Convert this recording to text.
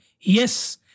Yes